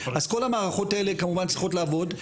אז כל המערכות האלה כמובן צריכות לעבוד.